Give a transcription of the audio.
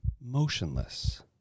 motionless